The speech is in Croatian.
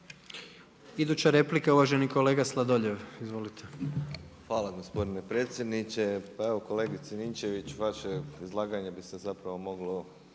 Hvala gospodine predsjedniče. Pa evo kolegice Ninčević, vaše izlaganje bi se zapravo moglo,